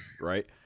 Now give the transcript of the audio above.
Right